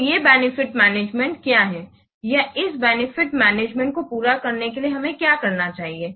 तो ये benefit management क्या है या इस बेनिफिट मैनेजमेंट को पूरा करने के लिए हमें क्या करना चाहिए